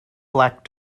black